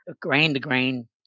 grain-to-grain